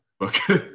Okay